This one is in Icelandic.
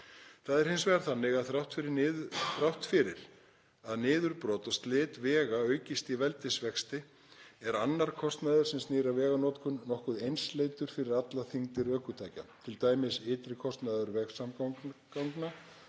Það er hins vegar þannig að þrátt fyrir að niðurbrot og slit vega aukist í veldisvexti er annar kostnaður sem snýr að veganotkun nokkuð einsleitur fyrir alla þyngdir ökutækja, t.d. ytri kostnaður vegsamgangna